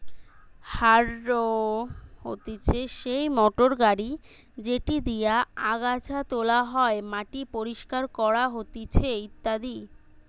harrow হতিছে সেই motor গাড়ি যেটি দিয়া আগাছা তোলা হয়, মাটি পরিষ্কার করা হতিছে ইত্যাদি